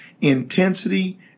intensity